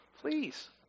Please